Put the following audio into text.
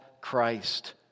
Christ